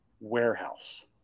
warehouse